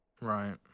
Right